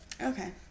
Okay